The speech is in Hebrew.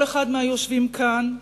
כל אחד מהיושבים כאן,